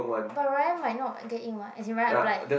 but Ryan might not get in [what] as in Ryan applied